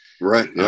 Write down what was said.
right